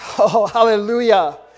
Hallelujah